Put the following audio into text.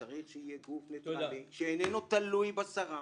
צריך שיהיה גוף נייטרלי שאינו תלוי בשרה,